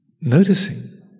noticing